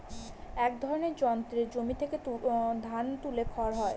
এক ধরনের যন্ত্রে জমি থেকে ধান তুলে খড় হয়